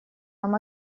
нам